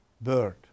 bird